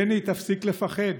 בני, תפסיק לפחד.